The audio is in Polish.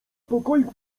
pokoik